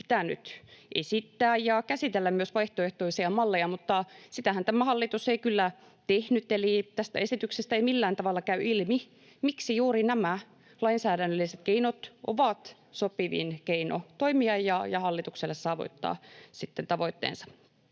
pitänyt esittää ja käsitellä myös vaihtoehtoisia malleja, mutta sitähän tämä hallitus ei kyllä tehnyt. Eli tästä esityksestä ei millään tavalla käy ilmi, miksi juuri nämä lainsäädännölliset keinot ovat sopivin keino toimia ja hallitukselle saavuttaa tavoitteensa.